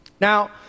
Now